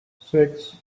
six